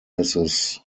mrs